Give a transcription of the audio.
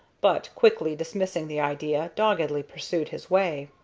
but, quickly dismissing the idea, doggedly pursued his way.